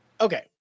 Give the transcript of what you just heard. Okay